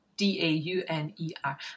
D-A-U-N-E-R